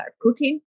cooking